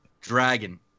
dragon